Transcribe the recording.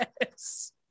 Yes